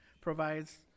provides